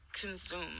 consume